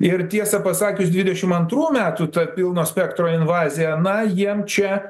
ir tiesą pasakius dvidešimt antrų metų tą pilno spektro invazija na jiem čia